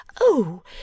Oh